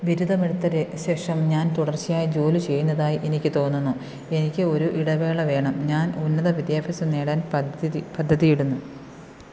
ബിരുദമെടുത്തതിന് ശേഷം ഞാൻ തുടർച്ചയായി ജോലി ചെയ്യുന്നതായി എനിക്ക് തോന്നുന്നു എനിക്ക് ഒരു ഇടവേള വേണം ഞാൻ ഉന്നത വിദ്യാഭ്യാസം നേടാൻ പദ്ധതി പദ്ധതിയിടുന്നു